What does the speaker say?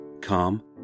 calm